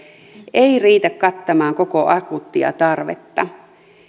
ei riitä kattamaan koko akuuttia tarvetta